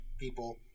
people